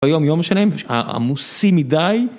היום יום שלהם עמוסים מדי